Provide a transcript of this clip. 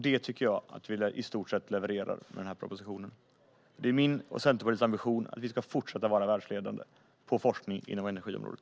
Det tycker jag att vi i stort sett levererar med den här propositionen. Det är min och Centerpartiets ambition att vi ska fortsätta vara världsledande på forskning inom energiområdet.